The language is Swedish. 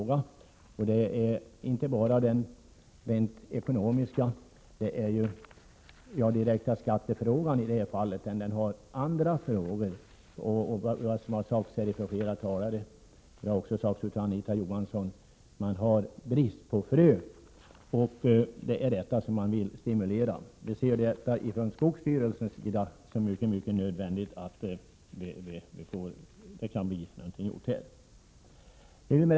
Men det handlar inte bara om en ekonomisk fråga utan också om en direkt skattefråga i det här fallet, vilket har sagts av flera talare här, t.ex. Anita Johansson. Det råder alltså brist på frön och därför vill man stimulera till åtgärder i detta sammanhang. Vi i skogsstyrelsen anser det vara mycket nödvändigt att någonting görs här. Herr talman!